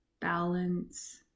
balance